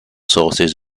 sources